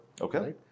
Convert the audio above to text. okay